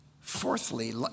Fourthly